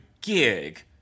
gig